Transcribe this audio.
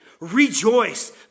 Rejoice